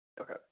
Okay